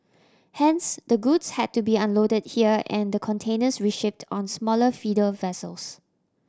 hence the goods had to be unloaded here and the containers reshipped on smaller feeder vessels